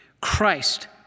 christ